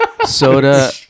soda